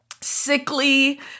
sickly